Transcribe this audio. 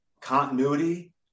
Continuity